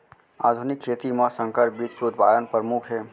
आधुनिक खेती मा संकर बीज के उत्पादन परमुख हे